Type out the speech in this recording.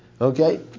Okay